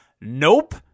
Nope